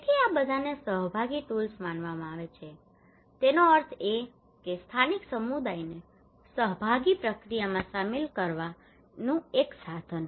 તેથી આ બધાને સહભાગી ટૂલ્સ માનવામાં આવે છે તેનો અર્થ એ કે સ્થાનિક સમુદાયને સહભાગી પ્રક્રિયામાં સામેલ કરવા માટેનું એક સાધન